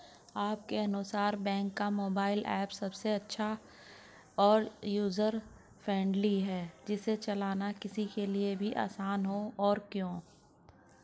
आपके अनुसार कौन से बैंक का मोबाइल ऐप सबसे अच्छा और यूजर फ्रेंडली है जिसे चलाना किसी के लिए भी आसान हो और क्यों?